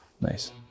nice